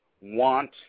want